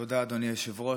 תודה, אדוני היושב-ראש.